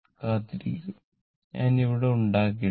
കാത്തിരിക്കൂ ഞാൻ ഇവിടെ ഉണ്ടാക്കിയിട്ടുണ്ട്